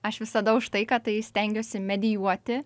aš visada už tai kad tai stengiuosi medijuoti